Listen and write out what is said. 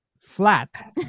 flat